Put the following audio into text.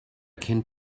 kennt